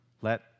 let